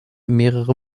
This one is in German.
mehrere